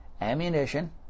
ammunition